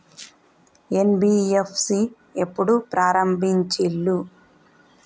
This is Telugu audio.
ఎన్.బి.ఎఫ్.సి ఎప్పుడు ప్రారంభించిల్లు?